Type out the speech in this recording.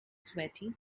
sweaty